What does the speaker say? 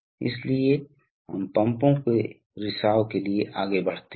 और इसलिए यह संभवतः कुछ ऊर्जा बचाएगा